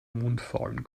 mundfaulen